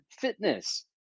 fitness